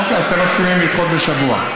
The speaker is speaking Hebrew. אוקיי, אז אתם מסכימים לדחות בשבוע.